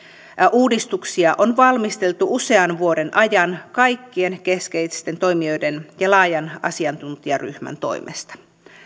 uudistuksia on valmisteltu usean vuoden ajan kaikkien keskeisten toimijoiden ja laajan asiantuntijaryhmän toimesta